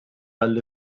għall